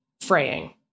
fraying